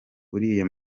uriya